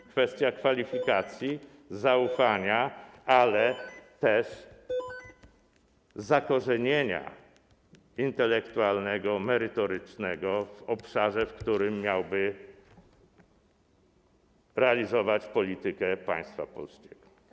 To kwestia kwalifikacji, zaufania, ale też zakorzenienia intelektualnego, merytorycznego w obszarze, w którym miałby realizować politykę państwa polskiego.